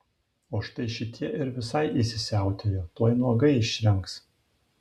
o štai šitie ir visai įsisiautėjo tuoj nuogai išrengs